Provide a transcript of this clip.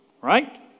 right